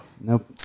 Nope